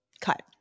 cut